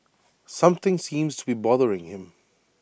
something seems to be bothering him